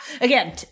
again